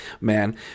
Man